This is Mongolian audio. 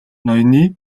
ноёны